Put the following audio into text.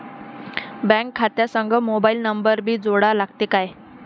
Bank खात्या संग mobile number भी जोडा लागते काय?